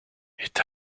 est